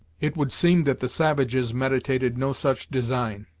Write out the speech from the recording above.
it would seem that the savages meditated no such design,